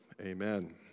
amen